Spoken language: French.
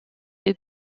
est